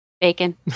Bacon